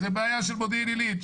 זו בעיה של מודיעין עילית.